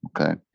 okay